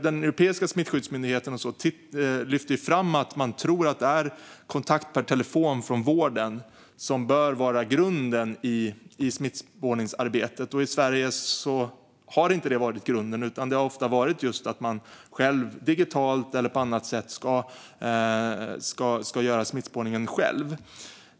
Den europeiska smittskyddsmyndigheten lyfter fram att det är kontakt per telefon från vården som bör vara grunden i smittspårningsarbetet. I Sverige har inte detta varit grunden, utan det har ofta handlat om att man själv, digitalt eller på annat sätt, ska göra smittspårningen.